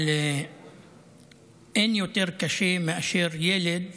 אבל אין יותר קשה מאשר ילד